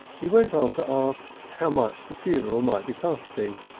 he went on to ask how much the funeral might be costing,